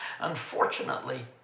Unfortunately